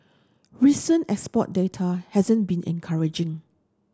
recent export data hasn't been encouraging